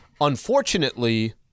Unfortunately